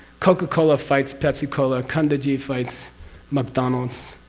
coca-cola fights pepsi cola, kendeji fights mcdonald's.